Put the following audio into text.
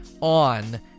on